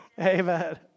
Amen